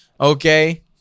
Okay